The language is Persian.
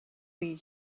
بگی